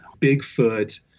Bigfoot